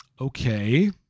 okay